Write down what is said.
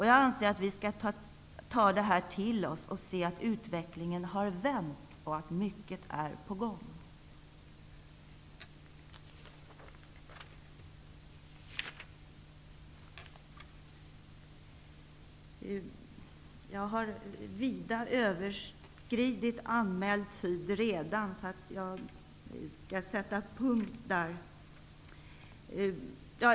Jag anser att vi skall ta till oss detta och se att utvecklingen har vänt och att mycket är på gång. Jag har vida överskridit anmäld tid redan, så jag skall snart sätta punkt.